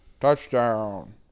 touchdown